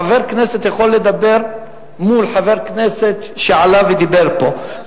חבר כנסת יכול לדבר מול חבר כנסת שעלה ודיבר פה.